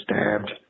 stabbed